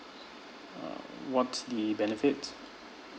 uh what's the benefits